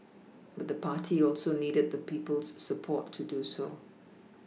but the party also needed the people's support to do so